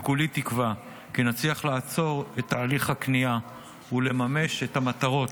וכולי תקווה כי נצליח לעצור את תהליך הכניעה ולממש את המטרות,